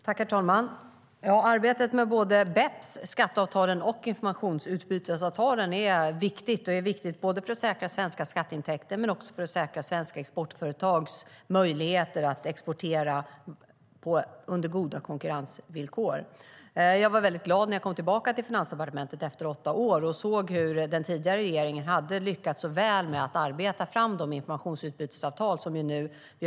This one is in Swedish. Herr talman! Arbetet med såväl BEPS som skatteavtalen och informationsutbytesavtalen är viktigt för att säkra svenska intäkter men också för att säkra svenska exportföretags möjligheter att exportera på goda konkurrensvillkor. Jag blev väldigt glad när jag kom tillbaka till Finansdepartementet efter åtta år och såg hur väl den tidigare regeringen hade lyckats med att arbeta fram de informationsutbytesavtal som vi nu har.